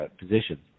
position